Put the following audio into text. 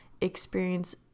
experience